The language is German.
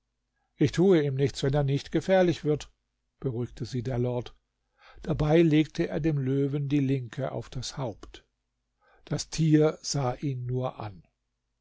ich tue ihm nichts wenn er nicht gefährlich wird beruhigte sie der lord dabei legte er dem löwen die linke auf das haupt das tier sah ihn nur an